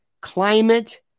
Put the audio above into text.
climate